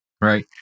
right